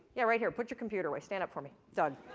yeah, right here, put your computer away, stand up for me, doug!